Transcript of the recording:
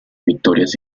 victorias